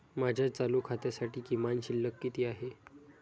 माझ्या चालू खात्यासाठी किमान शिल्लक किती आहे?